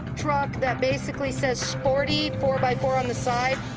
truck that basically says, sporty four-by-four on the side.